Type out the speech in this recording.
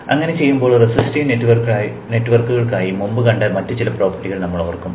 അങ്ങനെ ചെയ്യുമ്പോൾ റെസിസ്റ്റീവ് നെറ്റ്വർക്കുകൾക്കായി മുമ്പ് കണ്ട മറ്റ് ചില പ്രോപ്പർട്ടികൾ നമ്മൾ ഓർക്കും